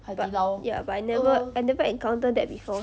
but ya but I never I never encounter that before